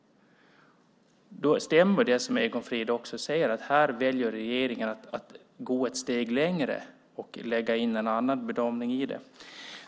Då stämmer det som Egon Frid säger, att regeringen här väljer att gå ett steg längre och lägga in en annan bedömning i det.